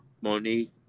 Monique